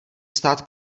stát